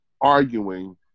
arguing